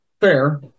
Fair